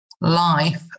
life